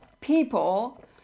people